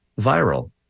viral